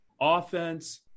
offense